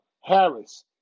Harris